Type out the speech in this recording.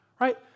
Right